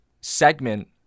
segment